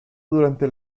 durante